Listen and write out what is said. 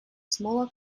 smaller